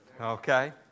okay